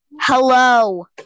Hello